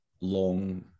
long